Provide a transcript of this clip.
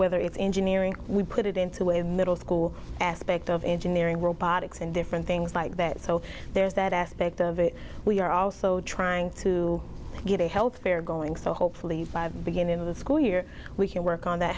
whether it's engineering we put it into a middle school aspect of engineering robotics and different things like that so there's that aspect of it we are also trying to get a health care going so hopefully beginning of the school year we can work on that